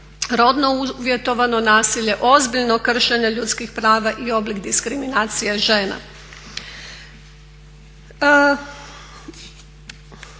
rodno uvjetovano, nasilje ozbiljno kršenje ljudskih prava i oblik diskriminacije žena.